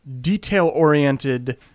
detail-oriented